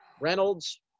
Reynolds